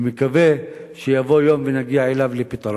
ומקווה שיבוא יום ונגיע לפתרון.